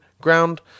ground